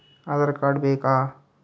Aadhaar card ಬೇಕಾ?